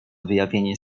wyjawienie